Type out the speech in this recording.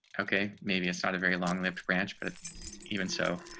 okay, maybe it's not a very long lived branch. but even so,